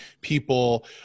people